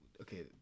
Okay